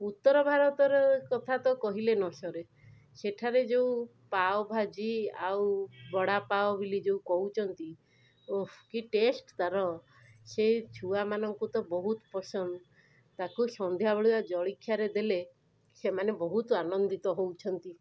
ଉତ୍ତରଭାରତର କଥା ତ କହିଲେ ନ ସରେ ସେଠାରେ ଯେଉଁ ପାଓଭାଜି ଆଉ ବଡ଼ାପାଓ ବୋଲି ଯେଉଁ କହୁଛନ୍ତି ଓଃ କି ଟେଷ୍ଟ ତା'ର ସେ ଛୁଆମାନଙ୍କୁ ତ ବହୁତ ପସନ୍ଦ ତାକୁ ସନ୍ଧ୍ୟାବେଳିଆ ଜଳଖିଆରେ ଦେଲେ ସେମାନେ ବହୁତ ଆନନ୍ଦିତ ହଉଛନ୍ତି